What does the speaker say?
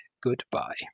goodbye